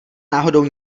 náhodou